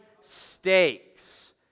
stakes